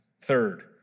third